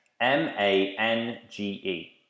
M-A-N-G-E